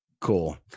cool